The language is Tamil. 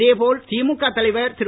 இதே போல் திமுக தலைவர் திரு